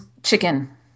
chicken